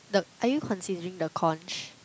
the are you considering the conch